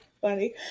Funny